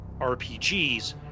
rpgs